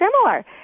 similar